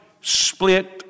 split